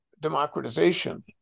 democratization